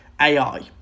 AI